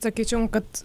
sakyčiau kad